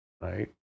right